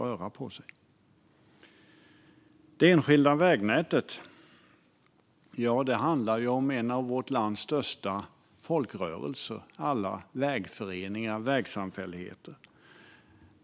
När det gäller det enskilda vägnätet handlar det om en av vårt lands största folkrörelser: alla vägföreningar och vägsamfälligheter.